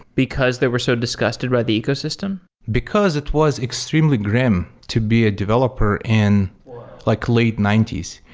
because they were so disgusted by the ecosystem? because it was extremely grim to be a developer in like late ninety s,